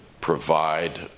provide